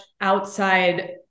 outside